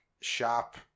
shop